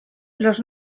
los